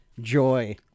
joy